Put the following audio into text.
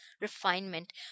refinement